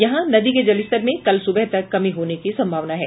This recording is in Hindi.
यहां नदी के जलस्तर में कल सुबह तक कमी होने की संभावना है